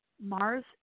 Mars